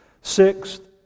Sixth